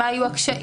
מה היו הקשיים,